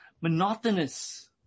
monotonous